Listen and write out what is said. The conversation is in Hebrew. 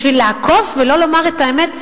בשביל לעקוף ולא לומר את האמת?